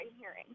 hearing